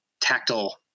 tactile